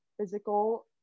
physical